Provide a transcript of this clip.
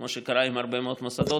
כמו שקרה עם הרבה מאוד מוסדות,